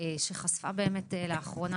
שחשפה באמת לאחרונה